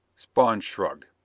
spawn shrugged.